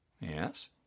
yes